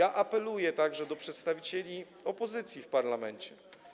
Apeluję także do przedstawicieli opozycji w parlamencie.